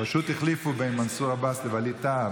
פשוט החליפו בין מנסור עבאס לווליד טאהא,